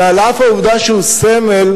ועל אף העובדה שהלחם הוא סמל,